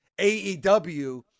aew